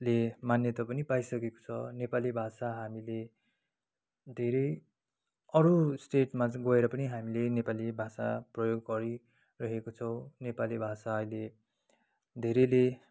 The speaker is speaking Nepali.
ले मान्यता पनि पाइसकेको छ नेपाली भाषा हामीले धेरै अरू स्टेटमा चाहिँ गएर पनि हामीले नेपाली भाषा प्रयोग गरिरहेका छौँ नेपाली भाषा अहिले धेरैले